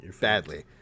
badly